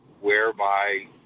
whereby